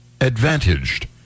advantaged